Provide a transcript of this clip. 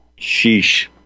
sheesh